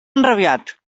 enrabiat